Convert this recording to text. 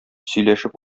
сөйләшеп